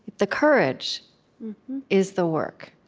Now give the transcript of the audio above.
the courage is the work.